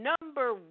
number